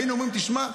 היינו אומרים: תשמע,